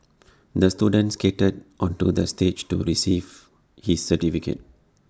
the students skated onto the stage to receive his certificate